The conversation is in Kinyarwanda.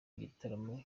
igitaramo